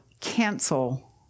cancel